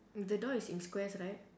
mm the door is in squares right